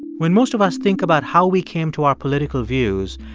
when most of us think about how we came to our political views,